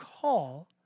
call